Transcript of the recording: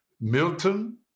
Milton